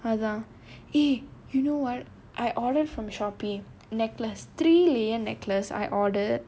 அதான்:adhaan eh you know what I ordered from Shopee necklace three layer necklace I ordered